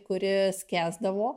kuri skęsdavo